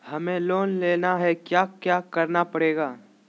हमें लोन लेना है क्या क्या करना पड़ेगा?